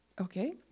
Okay